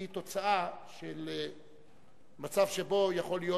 היא תוצאה של מצב שבו יכול להיות